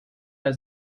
der